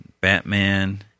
Batman